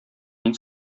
мин